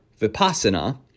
vipassana